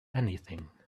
anything